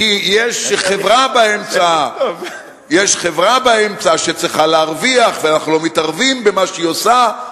כי יש חברה באמצע שהיא צריכה להרוויח ואנחנו לא מתערבים במה שהיא עושה.